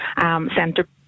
centre